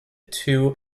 two